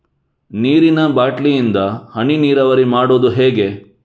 ನೀರಿನಾ ಬಾಟ್ಲಿ ಇಂದ ಹನಿ ನೀರಾವರಿ ಮಾಡುದು ಹೇಗೆ?